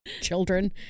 Children